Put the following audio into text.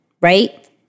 right